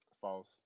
false